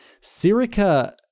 Sirica